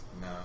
No